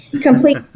complete